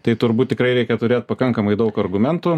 tai turbūt tikrai reikia turėt pakankamai daug argumentų